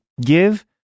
give